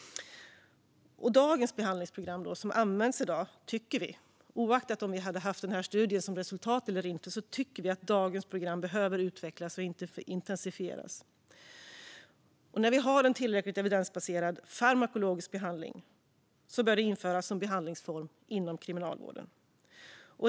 Det behandlingsprogram som används i dag tycker vi, oavsett om vi hade haft resultatet av den här studien eller inte, behöver utvecklas och intensifieras. Och när vi har en tillräckligt evidensbaserad farmakologisk behandling bör den införas som behandlingsform inom kriminalvården.